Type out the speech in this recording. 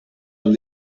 amb